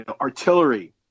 artillery